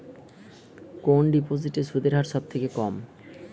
কোন ডিপোজিটে সুদের হার সবথেকে কম?